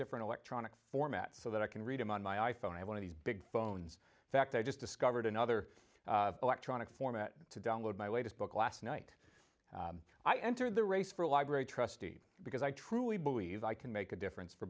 different electronic format so that i can read them on my i phone one of these big phones fact i just discovered another electronic format to download my latest book last night i entered the race for a library trustee because i truly believe i can make a difference for